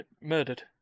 murdered